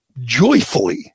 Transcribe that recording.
joyfully